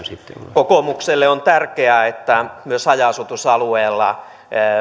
kokoomukselle on tärkeää että myös haja asutusalueella